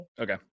okay